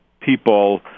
people